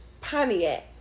Pontiac